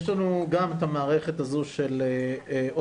יש לנו גם את המערכת הזו של אופן